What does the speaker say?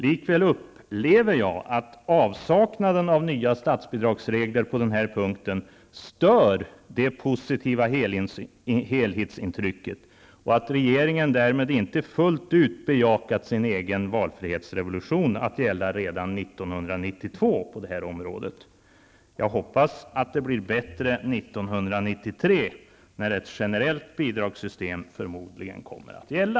Likväl upplever jag att avsaknaden av nya statsbidragsregler på den här punkten stör det positiva helhetsintrycket och att regeringen därmed inte fullt ut bejakat sin egen valfrihetsrevolution att gälla redan 1992 på det här området. Jag hoppas att det blir bättre 1993, när ett generellt bidragssystem förmodligen kommer att gälla.